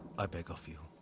i beg of you.